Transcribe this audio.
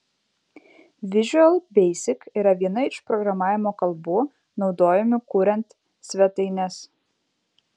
visual basic yra viena iš programavimo kalbų naudojamų kuriant svetaines